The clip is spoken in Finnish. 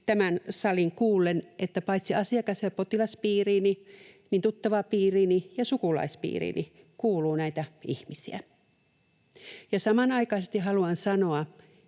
tämän salin kuullen, että paitsi asiakas- ja potilaspiiriini myös tuttavapiiriini ja sukulaispiiriini kuuluu näitä ihmisiä. Ja samanaikaisesti haluan sanoa,